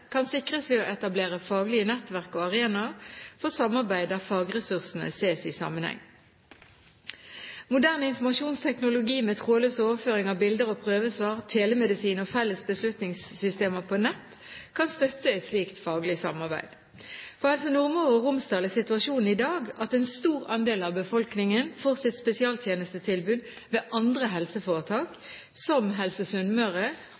kan sikres ved å etablere faglige nettverk og arenaer for samarbeid der fagressursene ses i sammenheng. Moderne informasjonsteknologi med trådløs overføring av bilder og prøvesvar, telemedisin og felles beslutningssystemer på nett kan støtte et slikt faglig samarbeid. For Helse Nordmøre og Romsdal er situasjonen i dag at en stor andel av befolkningen får sitt spesialisthelsetjenestetilbud ved andre